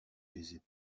végétaux